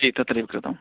जी तत्रैव कृतं